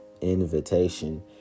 invitation